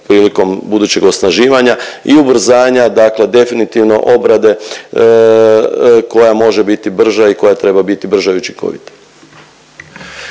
prilikom budućeg snaživanja i brzanja dakle definitivno obrade koja može biti brža i koja treba biti brža i učinkovita.